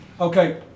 Okay